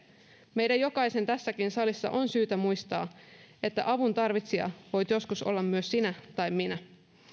meidän jokaisen tässäkin salissa on syytä muistaa että avuntarvitsija voit joskus olla myös sinä tai minä